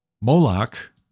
Moloch